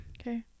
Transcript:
Okay